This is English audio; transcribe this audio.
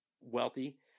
wealthy